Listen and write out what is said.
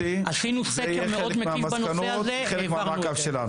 עשינו סקר מאוד מקיף בנושא הזה והעברנו את זה.